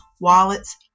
wallets